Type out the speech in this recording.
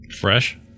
Fresh